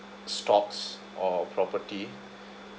stocks or property